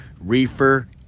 reefer